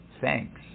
Thanks